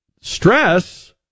Stress